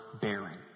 bearing